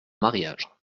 mariage